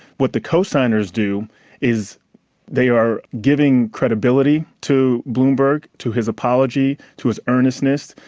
what the cosigners do is they are giving credibility to bloomberg, to his apology, to his earnestness,